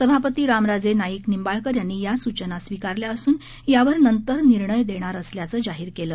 सभापती रामराजे नाईक निंबाळकर यांनी या सूचना स्वीकारल्या असून यावर नंतर निर्णय देणार असल्याचं जाहीर केलं